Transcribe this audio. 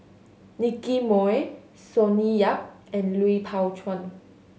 Nicky Moey Sonny Yap and Lui Pao Chuen